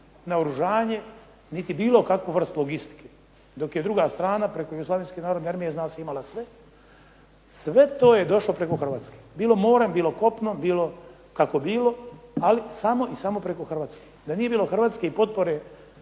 naoružanje, niti bilo kakvu vrstu logistike, dok je druga strana preko Jugoslavenske narodne armije zna se imala sve, sve to je došlo preko Hrvatske, bilo morem, bilo kopnom, bilo kako bilo, ali samo i samo preko Hrvatske. Da nije bilo Hrvatske i potpore